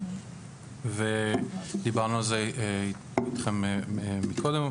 דיברנו איתכם על זה מקודם,